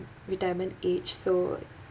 retirement age so